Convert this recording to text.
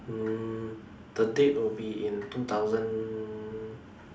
mm the date will be in two thousand